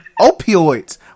opioids